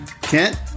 Kent